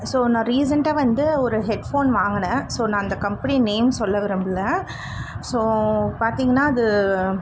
so நான் ரீசென்ட்டாக வந்து ஒரு ஹெட்ஃபோன் வாங்கினேன் ஸோ நான் அந்த கம்பெனி நேம் சொல்ல விரும்பல ஸோ பார்த்திங்கன்னா அது